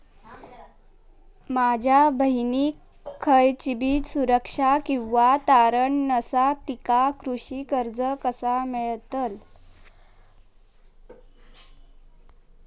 माझ्या बहिणीक खयचीबी सुरक्षा किंवा तारण नसा तिका कृषी कर्ज कसा मेळतल?